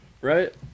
right